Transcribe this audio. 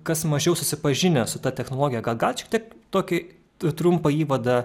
kas mažiau susipažinę su ta technologija gal galit šiek tiek tokį trumpą įvadą